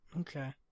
Okay